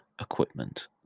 equipment